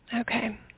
Okay